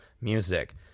music